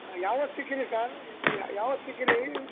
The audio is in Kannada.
ಹಾಂ ಯಾವತ್ತು ಸಿಕ್ತೀರಿ ಸಾರ್ ಯಾವತ್ತು ಸಿಕ್ತೀರಿ